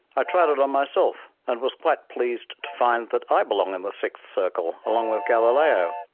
i tried it on myself, and was quite pleased to find that i belong in the sixth circle, along with galileo.